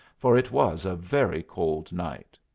for it was a very cold night.